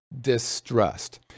distrust